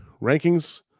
rankings